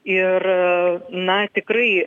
ir na tikrai